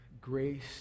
grace